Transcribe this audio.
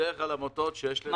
כל עמותה שיש לה